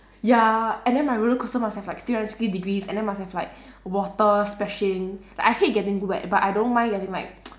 ya and then my roller coaster must have like three hundred sixty degrees and then must have like water splashing like I hate getting wet but I don't mind getting like